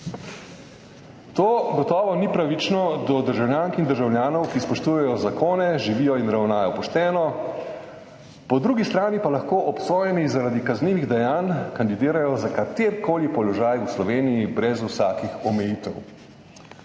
To gotovo ni pravično do državljank in državljanov, ki spoštujejo zakone, živijo in ravnajo pošteno, po drugi strani pa lahko obsojeni zaradi kaznivih dejanj kandidirajo za katerikoli položaj v Sloveniji brez vsakih omejitev.